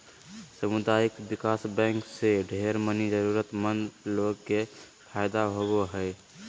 सामुदायिक विकास बैंक से ढेर मनी जरूरतमन्द लोग के फायदा होवो हय